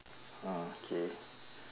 orh K